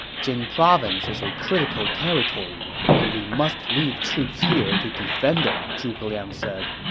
jing province is a critical territory and we must leave troops here to defend it, zhuge liang said